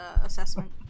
assessment